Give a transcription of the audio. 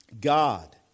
God